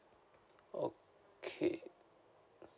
okay